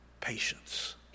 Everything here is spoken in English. Patience